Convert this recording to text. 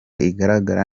igaragara